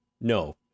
No